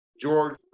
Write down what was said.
George